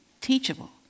teachable